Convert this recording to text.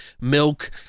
milk